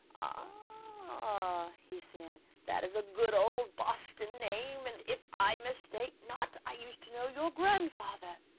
ah, he said, that is a good old boston name, and if i mistake not, i used to know your grandfather,